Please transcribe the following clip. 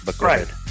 Right